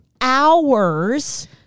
hours